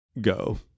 go